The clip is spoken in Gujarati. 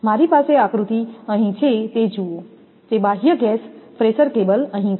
મારી પાસે આકૃતિ અહીં છે તે જુઓ તે બાહ્ય ગેસ પ્રેશર કેબલ અહીં છે